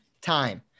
time